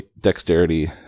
dexterity